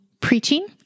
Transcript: preaching